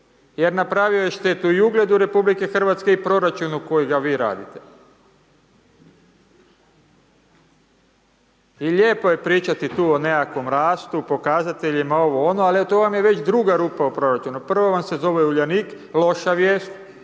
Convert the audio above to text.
jer napravio je štetu, i ugledu Republike Hrvatske, i proračunu kojega vi radite. I lijepo je pričati tu o nekakvom rastu, pokazateljima, ovo ono, ali to vam je već druga rupa u proračunu. Prva vam se zove Uljanik, loša vijest,